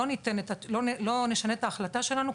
לא נשנה את ההחלטה שלנו,